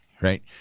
right